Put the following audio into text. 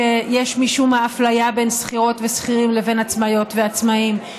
שיש בו משום מה אפליה בין שכירות ושכירים לבין עצמאיות ועצמאים,